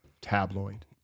tabloid